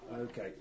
Okay